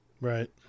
Right